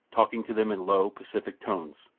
talking to them in low, pacific tones,